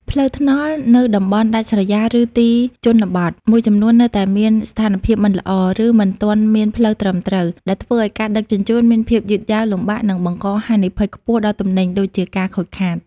ផ្លូវថ្នល់នៅតំបន់ដាច់ស្រយាល ឬទីជនបទមួយចំនួននៅតែមានស្ថានភាពមិនល្អ ឬមិនទាន់មានផ្លូវត្រឹមត្រូវ ដែលធ្វើឱ្យការដឹកជញ្ជូនមានភាពយឺតយ៉ាវ លំបាក និងបង្កហានិភ័យខ្ពស់ដល់ទំនិញ (ដូចជាការខូចខាត)។